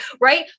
Right